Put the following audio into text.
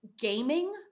gaming